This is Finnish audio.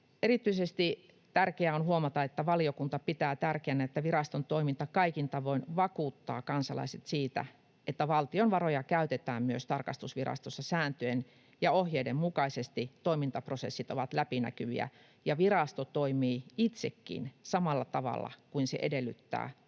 Erityisesti tärkeää on huomata, että valiokunta pitää tärkeänä, että viraston toiminta kaikin tavoin vakuuttaa kansalaiset siitä, että valtion varoja käytetään myös tarkastusvirastossa sääntöjen ja ohjeiden mukaisesti, toimintaprosessit ovat läpinäkyviä ja virasto toimii itsekin samalla tavalla kuin se edellyttää tarkastettaviensa